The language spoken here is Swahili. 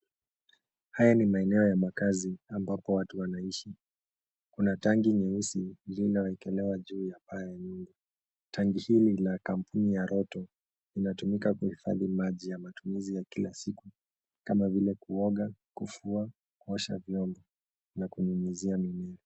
Haya ni maeneo ya makazi ambapo watu wanaishi. Kuna tangi nyeusi lililowekelewa juu ya paa ya nyumba. Tangi hili, lina kampuni ya lotto, linatumika kuhifadhi maji ya matumizi ya kila siku, kama vile kuoga, kufua, kuosha vyombo, na kunyunyuzia mimea.